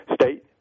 State